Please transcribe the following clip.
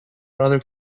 other